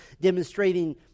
demonstrating